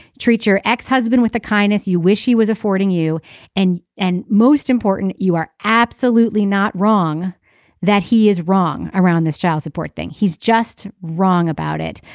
treat your ex-husband with a kindness you wish he was affording affording you and and most important you are absolutely not wrong that he is wrong around this child support thing he's just wrong about it.